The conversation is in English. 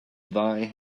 thy